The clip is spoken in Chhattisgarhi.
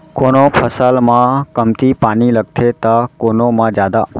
कोनो फसल म कमती पानी लगथे त कोनो म जादा